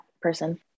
person